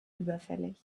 überfällig